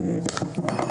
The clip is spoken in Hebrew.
תודה.